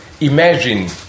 imagine